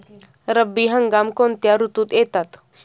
रब्बी हंगाम कोणत्या ऋतूत येतात?